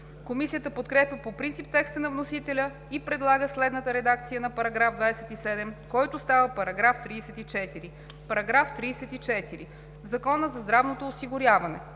Комисията подкрепя по принцип текста на вносителя и предлага следната редакция на § 27, който става § 34: „§ 34. В Закона за здравното осигуряване